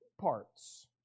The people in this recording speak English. parts